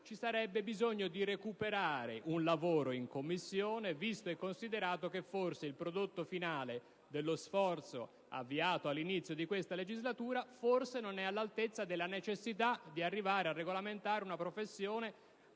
ci sarebbe bisogno di recuperare un lavoro in Commissione, visto e considerato che il prodotto finale dello sforzo avviato all'inizio di questa legislatura forse non è all'altezza della necessità di arrivare a regolamentare una professione